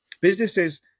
Businesses